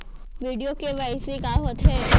video KYC का होथे